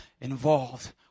involved